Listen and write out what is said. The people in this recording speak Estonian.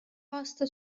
aasta